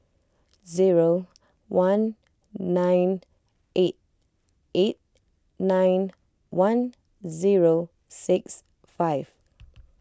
zero one nine eight eight nine one zero six five